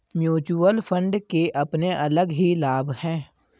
mutual fund के अपने अलग ही लाभ हैं